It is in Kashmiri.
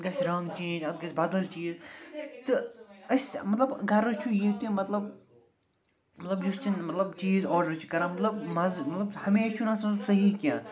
گَژھِ رنٛگ چینٛج اتھ گَژھِ بدل چیٖز تہٕ اَسہِ مطلب غرض چھُ یہِ تہِ مطلب مطلب یُس تہِ مطلب چیٖز آرڈر چھِ کَران مطلب مَزٕ مطلب ہمش چھُنہٕ آسان سُہ صحیح کیٚنٛہہ